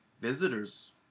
visitors